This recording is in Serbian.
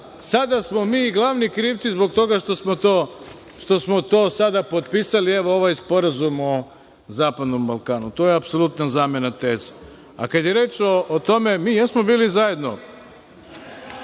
da smo mi sada glavni krivci zbog toga što smo to sada potpisali ovaj sporazum o zapadnom Balkanu. To je apsolutna zamena teza. Kada je reč o tome, mi jesmo bili zajedno.